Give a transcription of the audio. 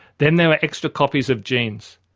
then there are extra copies of genes.